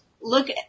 look